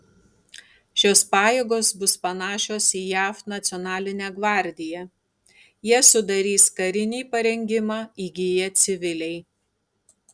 šios pajėgos bus panašios į jav nacionalinę gvardiją jas sudarys karinį parengimą įgiję civiliai